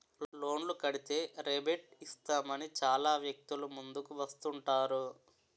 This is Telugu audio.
లోన్లు కడితే రేబేట్ ఇస్తామని చాలా వ్యక్తులు ముందుకు వస్తుంటారు